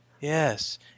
Yes